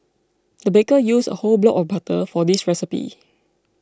the baker used a whole block of butter for this recipe